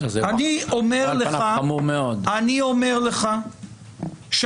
אני אומר לך,